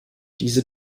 diese